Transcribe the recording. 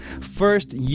first